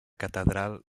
catedral